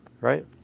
right